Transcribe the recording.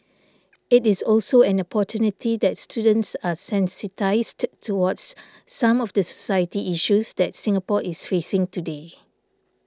it is also an opportunity that students are sensitised towards some of the society issues that Singapore is facing today